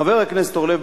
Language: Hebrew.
חבר הכנסת אורלב,